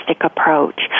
approach